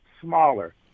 smaller